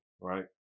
right